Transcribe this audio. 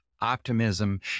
optimism